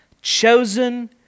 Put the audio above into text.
chosen